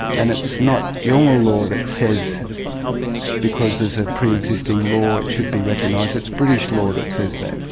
and it's not yolngu law that says because there's a pre-existing law it should be recognised, it's british law that says that,